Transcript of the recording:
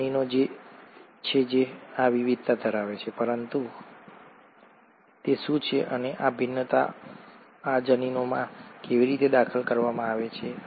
તે જનીનો છે જે આ વિવિધતા ધરાવે છે પરંતુ તે શું છે અને આ ભિન્નતા આ જનીનોમાં કેવી રીતે દાખલ કરવામાં આવે છે